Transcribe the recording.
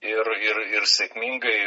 ir ir ir sėkmingai